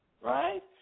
right